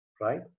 Right